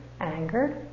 anger